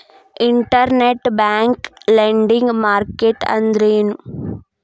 Internet bank lending market ಅಂದ್ರೇನು?